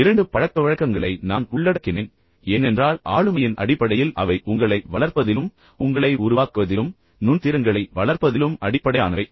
இரண்டு பழக்கவழக்கங்களை நான் உள்ளடக்கினேன் ஏனென்றால் ஆளுமையின் அடிப்படையில் அவை உங்களை வளர்ப்பதிலும் உங்களை உருவாக்குவதிலும் நுண் திறன்களை வளர்ப்பதிலும் அடிப்படையானவை